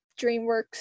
DreamWorks